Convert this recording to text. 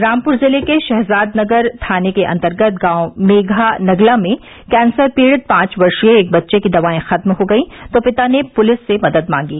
रामपुर जिले के शहजादनगर थाने के अंतर्गत गांव मेघानगला में कैंसर पीड़ित पांच वर्षीय एक बच्चे की दवाएं खत्म हो गईं तो पिता ने पुलिस से मदद मांगी